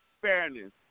fairness